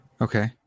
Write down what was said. Okay